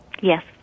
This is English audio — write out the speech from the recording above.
Yes